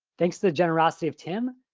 thanks to the generosity of tim,